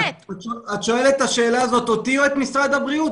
את שואלת את השאלה הזאת אותי או את משרד הבריאות,